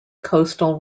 coastal